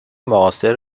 معاصر